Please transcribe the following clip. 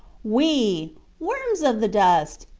we worms of the dust!